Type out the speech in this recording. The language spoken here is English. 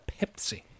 Pepsi